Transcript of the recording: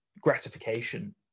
gratification